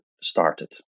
started